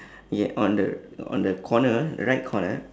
ya on the on the corner right corner